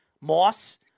Moss